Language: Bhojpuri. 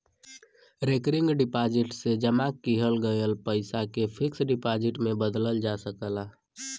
रेकरिंग डिपाजिट से जमा किहल गयल पइसा के फिक्स डिपाजिट में बदलल जा सकला